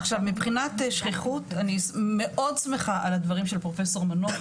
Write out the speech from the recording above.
עכשיו מבחינת שכיחות אני מאוד שמחה על הדברים של פרופ' מנור,